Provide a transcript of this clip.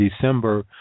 December